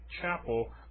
chapel